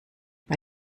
bei